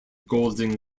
golden